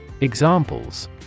Examples